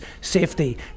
safety